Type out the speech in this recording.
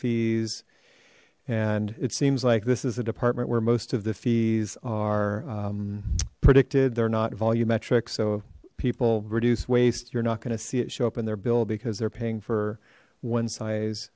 fees and it seems like this is a department where most of the fees are predicted they're not volumetric so people reduce waste you're not going to see it show up in their bill because they're paying for one